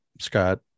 Scott